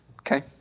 Okay